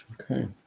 Okay